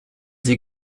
sie